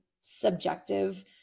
subjective